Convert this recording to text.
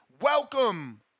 welcome